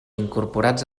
incorporats